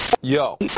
Yo